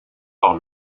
par